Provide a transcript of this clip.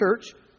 church